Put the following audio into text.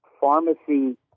pharmacy